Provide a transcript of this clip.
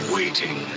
Waiting